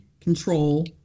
Control